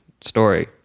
story